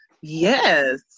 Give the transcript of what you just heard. Yes